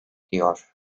diyor